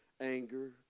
anger